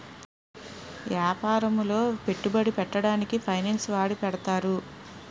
యాపారములో పెట్టుబడి పెట్టడానికి ఫైనాన్స్ వాడి పెడతారు